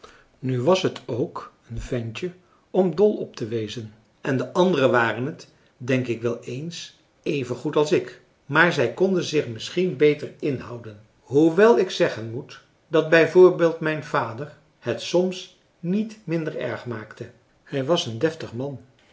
nu was het ook een ventje om dol op te wezen en de anderen waren het denk ik wel eens evengoed als ik maar zij konden zich misschien beter inhouden hoewel ik zeggen moet dat bijvoorbeeld mijn vader het soms niet minder erg maakte hij was een deftig man